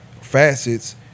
facets